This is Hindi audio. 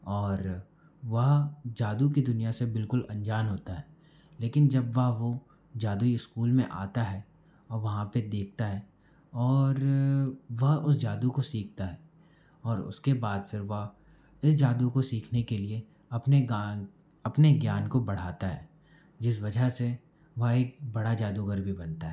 और वह जादू की दुनिया से बिल्कुल अनजान होता है लेकिन जब वह जादुई स्कूल में आता है और वहाँ पर देखा है और वह उस जादू को सीखता है और उसके बाद फिर वह उस जादू को सीखने के लिए अपने गाँव अपने ज्ञान को बढ़ाता है जिस वजह से वह एक बड़ा जादूगर भी बनता है